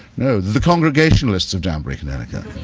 no, the congregationalists of danbury, connecticut.